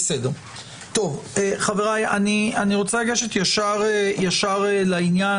התשפ"ב-2022 - חוף הכרמל אני רוצה לגשת ישר לעניין